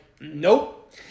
nope